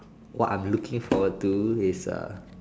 what I'm looking forward to is a